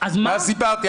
מה סיפרתי?